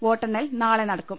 വോട്ടെണ്ണൽ നാളെ നടക്കും